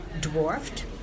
dwarfed